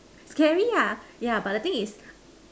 carry ya yeah but the thing is